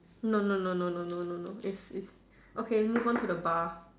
no no no no no no no it's it's okay move on to the bar